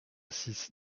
six